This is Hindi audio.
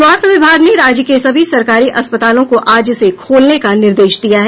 स्वास्थ्य विभाग ने राज्य के सभी सरकारी अस्पतालों को आज से खोलने का निर्देश दिया है